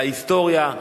על ההיסטוריה,